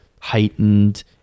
heightened